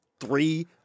three